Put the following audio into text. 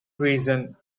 reason